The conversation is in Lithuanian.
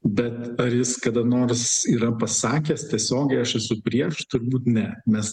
bet ar jis kada nors yra pasakęs tiesiogiai aš esu prieš turbūt ne mes